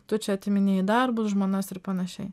tu čia atiminėji darbus žmonas ir panašiai